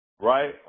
right